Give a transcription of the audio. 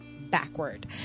backward